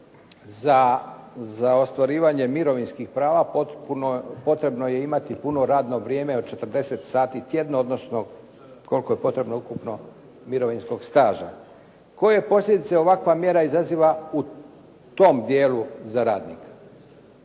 za ostvarivanje mirovinskih prava potrebno je imati puno radno vrijeme od 40 sati tjedno odnosno koliko je potrebno ukupno mirovinskog staža. Koje posljedice ovakva mjera izaziva u tom dijelu za radnika?